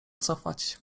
cofać